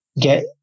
get